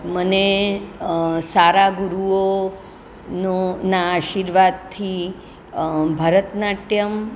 મને સારા ગુરુઓનો ના આશીર્વાદથી ભારતનાટ્યમ